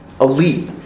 elite